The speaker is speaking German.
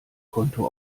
konto